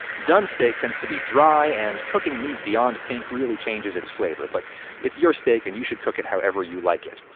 done steak tends to be dry, and cooking meat beyond pink really changes its flavor. but it's your steak and you should cook it however you like it.